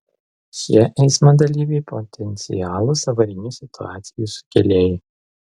šie eismo dalyviai potencialūs avarinių situacijų sukėlėjai